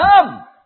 come